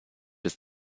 ist